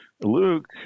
Luke